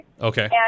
Okay